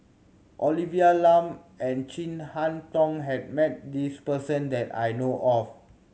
Olivia Lum and Chin Harn Tong has met this person that I know of